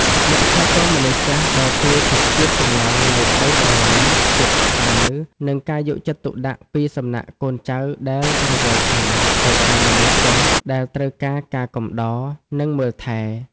អ្នកថែទាំមនុស្សចាស់ដើរតួជាស្ពានចម្លងនូវក្ដីស្រឡាញ់ ភាពកក់ក្ដៅ និងការយកចិត្តទុកដាក់ពីសំណាក់កូនចៅដែលរវល់ខ្លាំង ទៅកាន់មនុស្សចាស់ដែលត្រូវការការកំដរ និងមើលថែ។